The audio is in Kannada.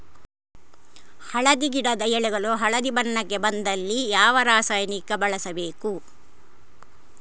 ಅಡಿಕೆ ಗಿಡದ ಎಳೆಗಳು ಹಳದಿ ಬಣ್ಣಕ್ಕೆ ಬಂದಲ್ಲಿ ಯಾವ ರಾಸಾಯನಿಕ ಬಳಸಬೇಕು?